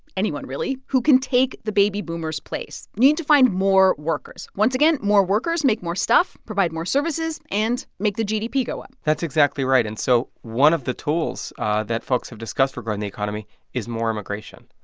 anyone really, who can take the baby boomers' place. you need to find more workers. once again, more workers make more stuff, provide more services and make the gdp go up that's exactly right. and so one of the tools that folks have discussed regarding the economy is more immigration.